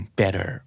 better